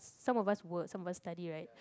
some of us work some of us study right